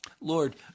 Lord